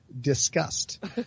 Disgust